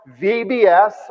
VBS